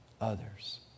others